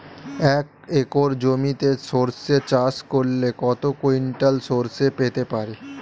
এক একর জমিতে সর্ষে চাষ করলে কত কুইন্টাল সরষে পেতে পারি?